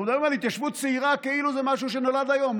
אנחנו מדברים על התיישבות צעירה כאילו זה משהו שנולד היום,